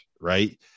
right